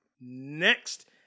Next